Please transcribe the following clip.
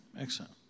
Excellent